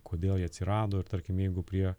kodėl jie atsirado ir tarkim jeigu prie